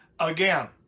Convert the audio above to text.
again